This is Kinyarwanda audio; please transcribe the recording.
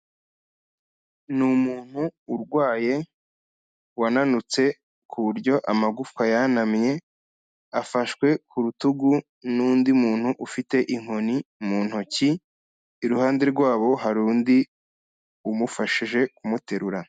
Ni umuntu urwaye, wananutse ku buryo amagufwa yanamye, afashwe ku rutugu n'undi muntu ufite inkoni mu ntoki, iruhande rwabo, hari undi umufashije kumuterura.